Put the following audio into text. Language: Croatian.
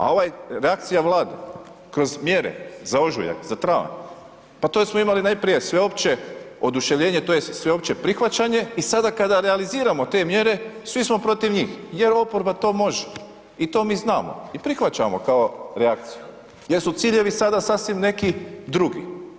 A ovaj, reakcija Vlade kroz mjere za ožujak, za travanj, pa to smo imali najprije sveopće oduševljenje tj. sveopće prihvaćanje i sada kada realiziramo te mjere, svi smo protiv njih jer oporba to može i to mi znamo i prihvaćamo kao reakciju jer su ciljevi sada sasvim neki drugi.